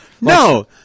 No